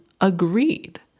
agreed